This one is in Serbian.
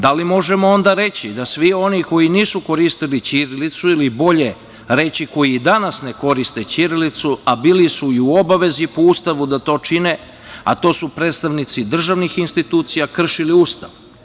Da li možemo onda reći da svi oni koji nisu koristili ćirilicu i bolje reći koji danas ne koriste ćirilicu, a bili su i u obavezi po Ustavu da to čine, a to su predstavnici državnih institucija, kršili Ustav?